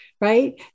right